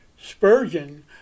Spurgeon